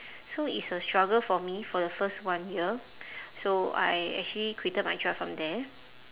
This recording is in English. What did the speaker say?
so it's a struggle for me for the first one year so I actually quitted my job from there